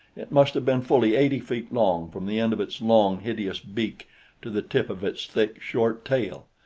it must have been fully eighty feet long from the end of its long, hideous beak to the tip of its thick, short tail,